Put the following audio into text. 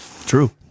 True